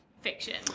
Fiction